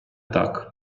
так